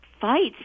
fights